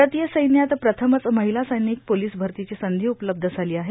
भारतीय सैन्यात प्रथमच र्माहला सैनिक पोलोस भरतीची संधी उपलब्ध झालों आहे